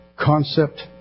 concept